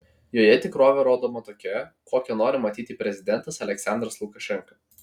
joje tikrovė rodoma tokia kokią nori matyti prezidentas aliaksandras lukašenka